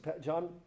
John